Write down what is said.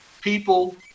people